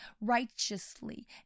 righteously